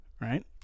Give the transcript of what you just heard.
Right